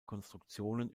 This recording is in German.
konstruktionen